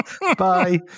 Bye